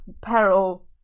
peril